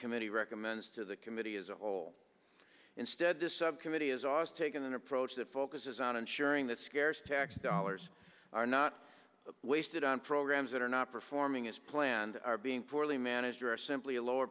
subcommittee recommends to the committee as a whole instead this subcommittee is osce taking an approach that focuses on ensuring that scarce tax dollars are not wasted on programs that are not performing as planned are being poorly managed or are simply a lower